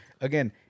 again